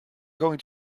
going